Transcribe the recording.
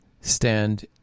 stand